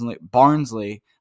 Barnsley